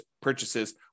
purchases